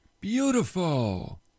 Beautiful